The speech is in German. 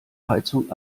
heizung